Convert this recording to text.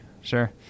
sure